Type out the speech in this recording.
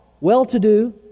well-to-do